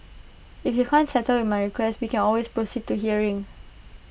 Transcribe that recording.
if you can't settle with my request we can always proceed to hearing